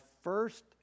first